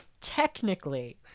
technically